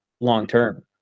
long-term